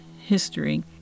history